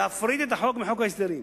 להפריד את החוק מחוק ההסדרים.